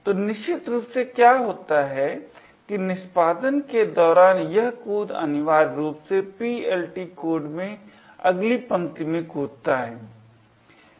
तो निश्चित रूप से क्या होता है कि निष्पादन के दौरान यह कूद अनिवार्य रूप से PLT कोड में अगली पंक्ति में कूदता है